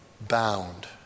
bound